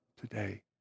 today